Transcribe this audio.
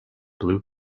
blue